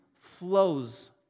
flows